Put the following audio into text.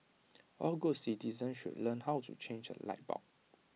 all good citizens should learn how to change A light bulb